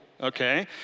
okay